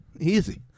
Easy